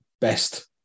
best